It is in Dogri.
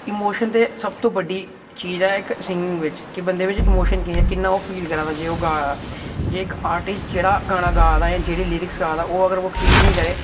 इमोशन दी सब तू बड्डी चीज़ ऐ सिंगिंग बिच कि बंदे बिच इमोशन केह् ऐ की ओह् किन्ना फील करा दा गा दे वक्त एह् आर्टिस्ट जेह्ड़ा गाना गा दा ऐ जेह्ड़े ओह् लिरिक्स गा दा ऐ जे ओह् फील निं करै